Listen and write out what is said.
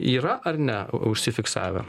yra ar ne užsifiksavę